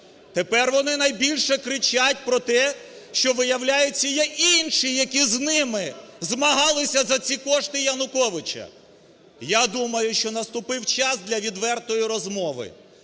Тепер вони найбільше кричать про те, що виявляється, є інші, які з ними змагалися за ці кошти Януковича. Я думаю, що наступив час для відвертої розмови.